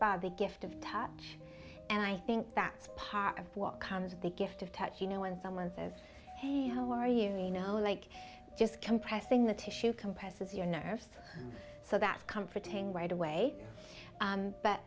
spa the gift of touch and i think that's part of what comes of the gift of touch you know when someone says hey how are you you know i just compressing the tissue compresses your nerves so that's comforting right away